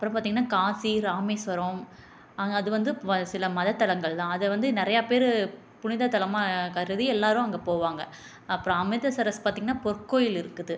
அப்பறம் பார்த்திங்கனா காசி ராமேஸ்வரம் அங்கே அது வந்து சில மதத்தலங்கள் தான் அதை வந்து நிறையா பேர் புனிதத்தலமாக கருதி எல்லோரும் அங்கே போவாங்க அப்பறம் அமைத்தசரஸ் பார்த்தீங்கன்னா பொற்கோயில் இருக்குது